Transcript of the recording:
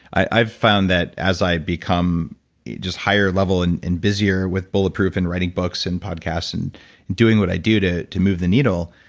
i've found that as i become just higher level and and busier with bulletproof and writing books and podcasts, and doing what i do to to move the needle,